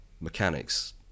mechanics